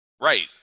right